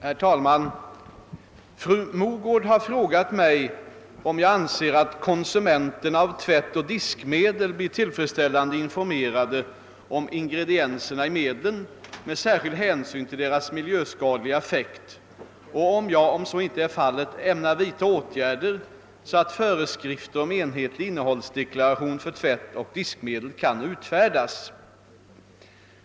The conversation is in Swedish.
Herr talman! Fru Mogård har frågat mig, om jag anser att konsumenterna av tvättoch diskmedel blir tillfredsställande informerade om ingredienserna i medlen, med särskild hänsyn till deras miljöskadliga effekt, och om jag, om så inte är fallet, ämnar vidta åtgärder så att föreskrifter om enhetlig innehållsdeklaration för tvättoch diskmedel kan utfärdas.